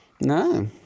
No